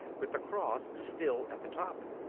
with the cross still at the top.